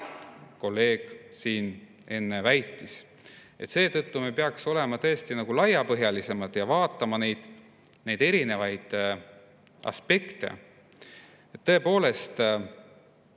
kolleeg siin enne väitis. Seetõttu me peaks olema tõesti laiapõhjalisemad ja vaatama erinevaid aspekte. Tõepoolest,